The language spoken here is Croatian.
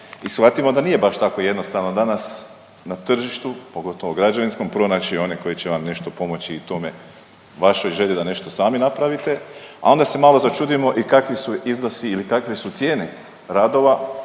i shvatimo da nije baš tako jednostavno danas na tržištu, pogotovo građevinskom pronaći one koji će vam nešto pomoći u tome, vašoj želji da nešto sami napravite, a onda se malo začudimo i kakvi su iznosi ili kakve su cijene radova